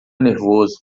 nervoso